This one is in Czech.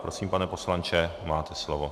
Prosím, pane poslanče, máte slovo.